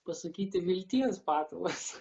pasakyti vilties patalas